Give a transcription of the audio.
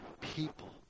people